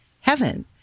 heaven